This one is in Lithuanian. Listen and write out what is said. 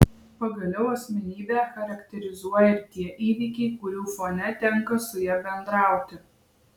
pagaliau asmenybę charakterizuoja ir tie įvykiai kurių fone tenka su ja bendrauti